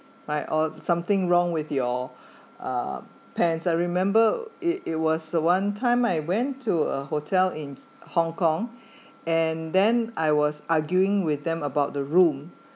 my or something wrong with your uh pants I remember it it was the one time I went to a hotel in hong kong and then I was arguing with them about the room